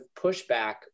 pushback